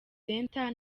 center